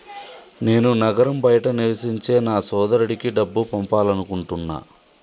నేను నగరం బయట నివసించే నా సోదరుడికి డబ్బు పంపాలనుకుంటున్నా